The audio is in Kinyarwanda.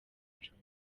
icumi